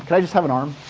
i just have an arm?